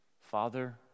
Father